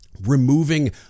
removing